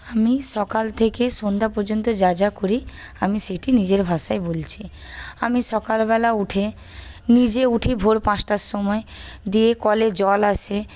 আমি সকাল থেকে সন্ধ্যা পর্যন্ত যা যা করি আমি সেটি নিজের ভাষায় বলছি আমি সকালবেলা উঠে নিজে উঠি ভোর পাঁচটার সময় দিয়ে কলে জল আসে